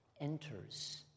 enters